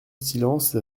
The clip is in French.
silence